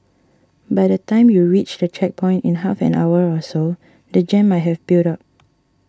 by the time you reach the checkpoint in half an hour or so the jam might have built up